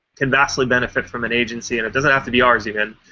can vastly benefit from an agency. and it doesn't have to be ours, even.